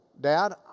dad